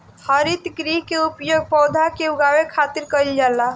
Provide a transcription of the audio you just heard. हरितगृह के उपयोग पौधा के उगावे खातिर कईल जाला